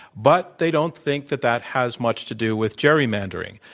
but they don't think that that has much to do with gerrymandering.